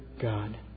God